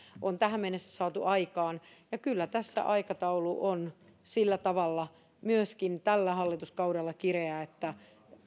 on tähän mennessä saatu aikaan ja kyllä tässä aikataulu on sillä tavalla myöskin tällä hallituskaudella kireä että